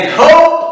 hope